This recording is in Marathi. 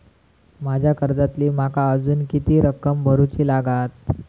माझ्या कर्जातली माका अजून किती रक्कम भरुची लागात?